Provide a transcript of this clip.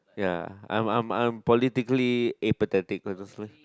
ya I'm I'm I'm politically apathetic previously